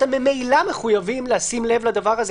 אתם ממילא מחויבים לשים לב לדבר הזה,